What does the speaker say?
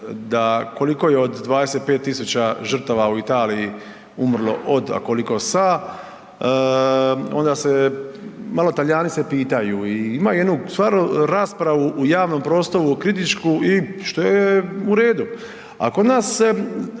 da koliko je, od 25 tisuća žrtava u Italiji umrlo od, a koliko sa, onda se, malo Talijani se pitaju i imaju jednu, stvarno raspravu u javnom prostoru kritičku i što je u redu. A kod nas se